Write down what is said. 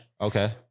Okay